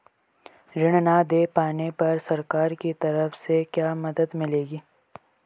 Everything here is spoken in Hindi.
ऋण न दें पाने पर सरकार की तरफ से क्या मदद मिलेगी?